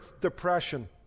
depression